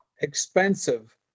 expensive